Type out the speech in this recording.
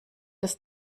des